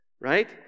right